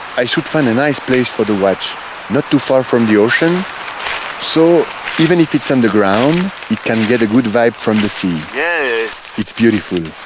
i should find a nice place for the watch not too far from the ocean so even if it's underground, it can get a good vibe from the sea yes it's beautiful